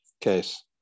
case